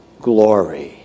glory